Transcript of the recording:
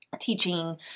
teaching